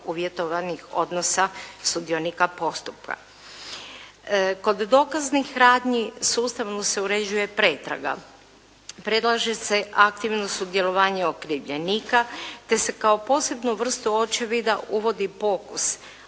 uvjetovanih odnosa sudionika postupka. Kod dokaznih radnji sustavno se uređuje pretraga. Predlaže se aktivno sudjelovanje okrivljenika te se kao posebnu vrstu očevida uvodi pokus